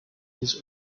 his